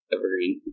Evergreen